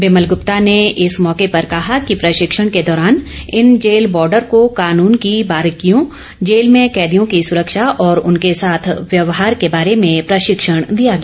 बिमल ग्रप्ता ने इस मौके पर कहा कि प्रशिक्षण के दौरान इन जेल बॉर्डर को कानून की बारीकियों जेल में कैदियों की सुरक्षा और उनके साथ व्यवहार के बारे में प्रशिक्षण दिया गया